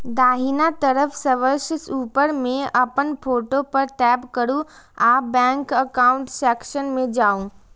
दाहिना तरफ सबसं ऊपर मे अपन फोटो पर टैप करू आ बैंक एकाउंट सेक्शन मे जाउ